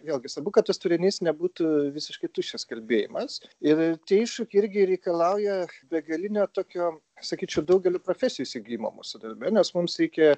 vėlgi svarbu kad tas turinys nebūtų visiškai tuščias kalbėjimas ir tie iššūkiai irgi reikalauja begalinio tokio sakyčiau daugeliu profesijų įsigijimo mūsų darbe nes mums reikia